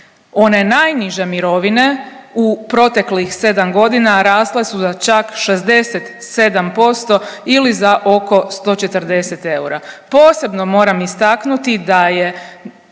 One najniže mirovine u proteklih 7 godina, rasle su za čak 67% ili za oko 140 eura. Posebno moram istaknuti da je